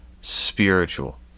Spiritual